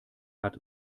hat